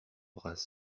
bras